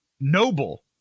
noble